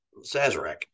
Sazerac